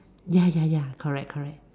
ya ya ya correct correct